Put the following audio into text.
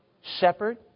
shepherd